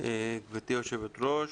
גברתי היושבת ראש,